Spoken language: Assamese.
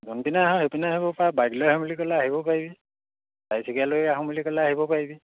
যোনপিনে আহ সেইপিনে আহিব পাৰ বাইক লৈ আহোঁ বুলি ক'লে আহিব পাৰিবি চাৰিচকীয়ালৈ আহোঁ বুলি ক'লে আহিব পাৰিবি